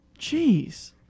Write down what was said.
Jeez